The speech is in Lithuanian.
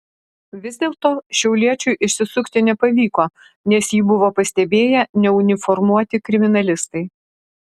vis dėlto šiauliečiui išsisukti nepavyko nes jį buvo pastebėję neuniformuoti kriminalistai